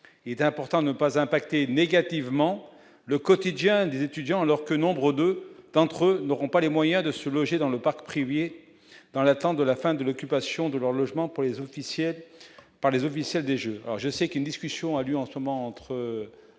et d'important de ne pas impacter négativement le quotidien des étudiants alors que nombre de peintres n'auront pas les moyens de se loger dans le parc privé, dans l'attente de la fin de l'occupation de leur logement pour les officiels par les